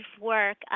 work